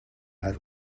have